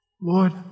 Lord